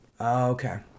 okay